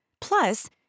Plus